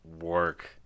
work